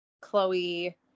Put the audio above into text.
Chloe